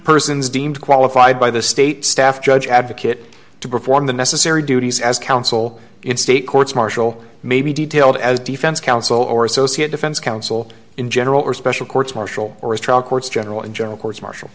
persons deemed qualified by the state staff judge advocate to perform the necessary duties as counsel in state courts martial may be detailed as defense counsel or associate defense counsel in general or special courts martial or as trial courts general and general courts mar